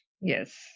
yes